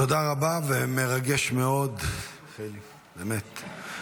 תודה רבה ומרגש מאוד, חילי, באמת.